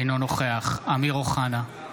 אינו נוכח אמיר אוחנה,